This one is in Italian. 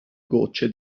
gocce